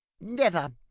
Never